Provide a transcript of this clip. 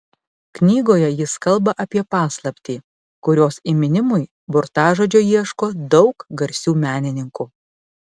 knygoje jis kalba apie paslaptį kurios įminimui burtažodžio ieško daug garsių menininkų